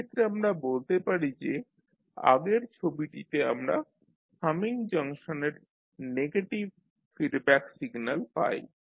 এক্ষেত্রে আমরা বলতে পারি যে আগের ছবিটিতে আমরা সামিং জাংশনের নেগেটিভ ফিডব্যাক সিগন্যাল পাই